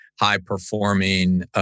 high-performing